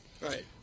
Right